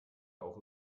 auch